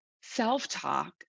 self-talk